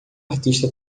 artista